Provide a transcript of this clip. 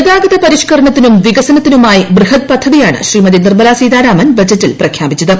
ഗതാഗത പരിഷ്കരണത്തിനും വികസനത്തിനുമായി ബൃഹത് പദ്ധതിയാണ് ശ്രീമതി നിർമലാ സീതാരാമൻ ബജറ്റിൽ പ്രഖ്യാപിച്ചത്